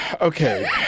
Okay